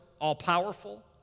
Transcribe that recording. all-powerful